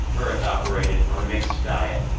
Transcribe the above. earth operated on a mixed diet,